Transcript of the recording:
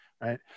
right